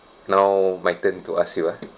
now my turn to ask you ah